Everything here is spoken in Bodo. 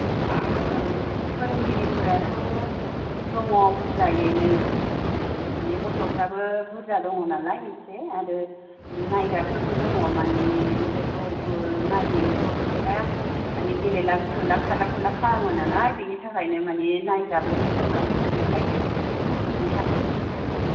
औ फोरोंगिरिफोराथ' दङ बुरजायैनो मानि गथ'फ्राबो बुरजा दङ नालाय एसे आरो नायग्राफोरबो दङ मानि बिसोरखौ नायो गथ'फोरा मानि गेलेला गुलुलु खारला खुरला खालामो नालाय बिनि थाखायनो मानि नायग्राबो दोनदों आरो दंखायो गथ'फोरनि थाखाय